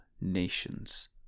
nations